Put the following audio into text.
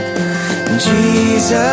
Jesus